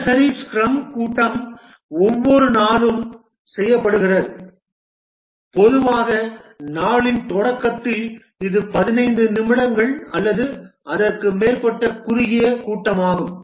தினசரி ஸ்க்ரம் கூட்டம் ஒவ்வொரு நாளும் செய்யப்படுகிறது பொதுவாக நாளின் தொடக்கத்தில் இது 15 நிமிடங்கள் அல்லது அதற்கு மேற்பட்ட குறுகிய கூட்டமாகும்